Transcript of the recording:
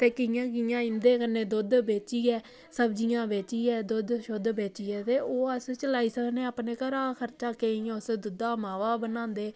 ते कि'यां कि'यां इं'दे कन्नै दुद्ध बेचियै सब्जियां बेचियै दुद्ध शुद्ध बेचियै ते ओह् अस चलाई सकनें अपने घरा दा खर्चा केईं उस दुद्धा दा मावा बनांदे